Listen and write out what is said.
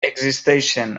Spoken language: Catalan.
existeixen